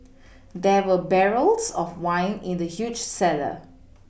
there were barrels of wine in the huge cellar